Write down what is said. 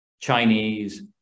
Chinese